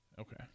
Okay